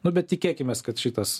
nu bet tikėkimės kad šitas